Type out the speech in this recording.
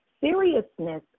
seriousness